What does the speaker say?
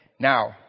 Now